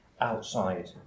outside